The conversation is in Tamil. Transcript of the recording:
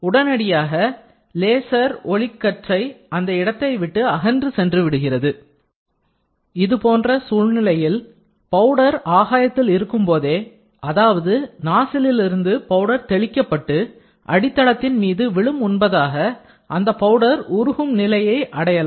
உடனடியாக லேசர் ஒளிக்கற்றை அந்த இடத்தைவிட்டு அகன்று சென்றுவிடுகிறது இதை போன்ற சூழ்நிலையில் பவுடர் ஆகாயத்தில் இருக்கும்போதே அதாவது நாசிலிலிருந்து பவுடர் தெளிக்கப்பட்டு அடித்தளத்தின் மீது விழும் முன்பதாக அந்த பவுடர் உருகும் நிலையை அடையலாம்